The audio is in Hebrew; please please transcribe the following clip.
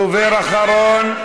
דובר אחרון,